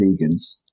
vegans